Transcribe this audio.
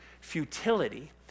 futility